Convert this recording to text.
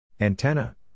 Antenna